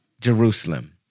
Jerusalem